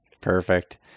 Perfect